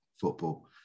football